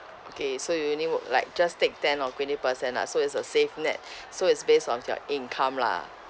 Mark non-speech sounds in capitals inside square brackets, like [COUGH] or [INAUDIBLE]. okay so you only work like just take ten or twenty percent ah so it's a safe net [BREATH] so is based on your income lah